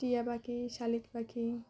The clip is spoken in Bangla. টিয়া পাখি শালিক পাখি